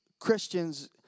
Christians